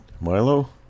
Milo